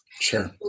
Sure